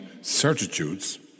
certitudes